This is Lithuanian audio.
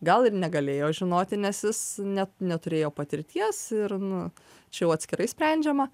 gal ir negalėjo žinoti nes jis net neturėjo patirties ir nu čia jau atskirai sprendžiama